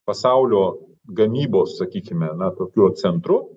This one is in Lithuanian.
pasaulio gamybos sakykime na tokiu centru